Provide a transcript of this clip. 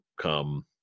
come